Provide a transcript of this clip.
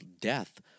death